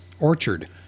Orchard